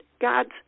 God's